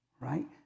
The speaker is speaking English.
Right